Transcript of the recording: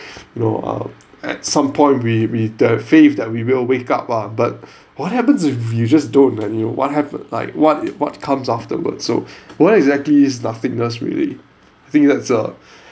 no uh at some point we we the faith that we will wake up ah but what happens if you just don't and you what happen like what what comes afterwards so where exactly is nothingness really think that's a